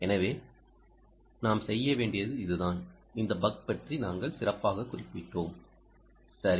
எனவே நாம் செய்ய வேண்டியது இதுதான் இந்த பக் பற்றி நாங்கள் சிறப்பாக குறிப்பிட்டோம் சரி